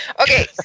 Okay